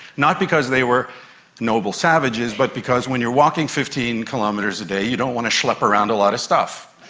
not because they were noble savages but because when you're walking fifteen kilometres a day you don't want to schlep around a lot of stuff,